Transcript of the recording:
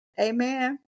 Amen